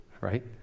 Right